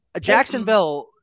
Jacksonville